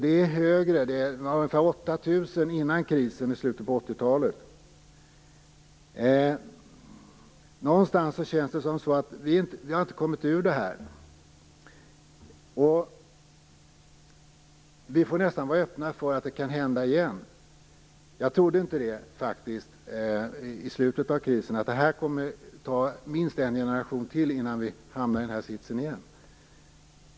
Det var ungefär 8 000 före krisen i slutet på 1980-talet, så det är mer nu. Det känns som om vi inte har kommit ur detta, och vi får nästan vara öppna för att det kan hända igen. Jag trodde faktiskt inte det. I slutet av krisen tänkte jag att det kommer att ta minst ytterligare en generation innan vi hamnar i den sitsen igen.